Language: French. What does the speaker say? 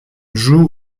joue